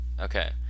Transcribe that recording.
Okay